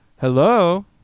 Hello